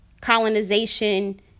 colonization